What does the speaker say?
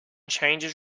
changes